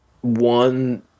one